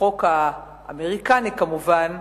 החוק האמריקני כמובן,